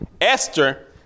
Esther